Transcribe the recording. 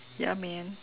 ya man